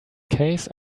case